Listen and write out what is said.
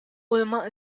ulmer